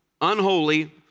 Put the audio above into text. unholy